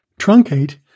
truncate